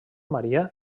maria